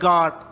God